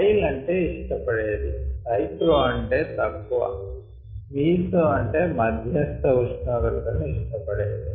file అంటే ఇష్టపడేది సైక్రో అంటే తక్కువ మీసో మధ్యస్త ఉష్ణోగ్రతలను ఇష్ట పడేది